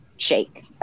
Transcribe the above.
shake